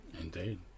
indeed